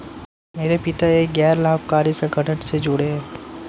मेरे पिता एक गैर लाभकारी संगठन से जुड़े हैं